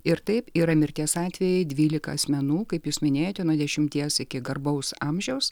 ir taip yra mirties atvejai dvylika asmenų kaip jūs minėjote nuo dešimties iki garbaus amžiaus